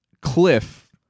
cliff